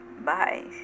Bye